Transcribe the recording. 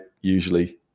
usually